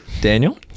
daniel